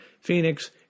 Phoenix